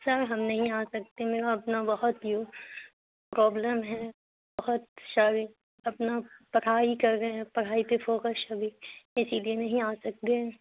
سر ہم نہیں آ سکتے میرا اپنا بہت پرابلم ہے بہت ساری اپنا پڑھائی کر رہے ہیں پڑھائی پہ فوکس ابھی اسی لیے نہیں آ سکتے ہیں